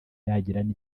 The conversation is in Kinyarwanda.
yagirana